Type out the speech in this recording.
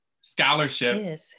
scholarship